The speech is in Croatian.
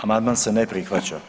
Amandman se ne prihvaća.